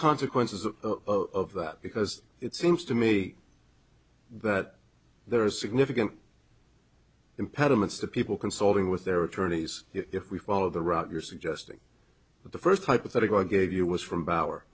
consequences of that because it seems to me that there are significant impediments to people consulting with their attorneys if we follow the route you're suggesting the first hypothetical i gave you was from